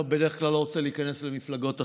בדרך כלל לא רוצה להיכנס למפלגות אחרות,